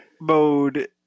mode